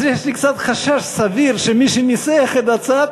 אז יש לי קצת חשש סביר שמי שניסח את הצעת